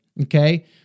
okay